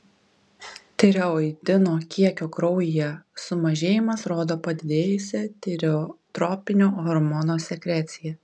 tireoidino kiekio kraujyje sumažėjimas rodo padidėjusią tireotropinio hormono sekreciją